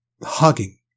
hugging